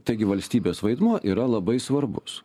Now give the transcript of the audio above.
taigi valstybės vaidmuo yra labai svarbus